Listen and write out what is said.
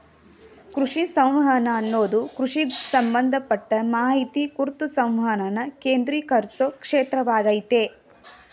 ಕೃಷಿ ಸಂವಹನ ಅನ್ನದು ಕೃಷಿಗ್ ಸಂಬಂಧಪಟ್ಟ ಮಾಹಿತಿ ಕುರ್ತು ಸಂವಹನನ ಕೇಂದ್ರೀಕರ್ಸೊ ಕ್ಷೇತ್ರವಾಗಯ್ತೆ